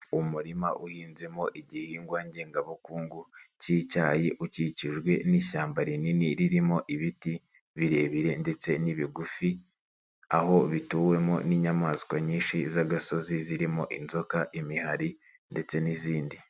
Umurima uhinzemo igihingwa ngengabukungu k'icyayi ukikijwe n'ishyamba rinini ririmo ibiti birebire ndetse n'ibigufi, aho bituwemo n'inyamaswa nyinshi z'agasozi zirimo inzoka, imihari ndetse n'izindi.